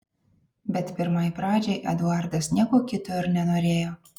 bet pirmai pradžiai eduardas nieko kito ir nenorėjo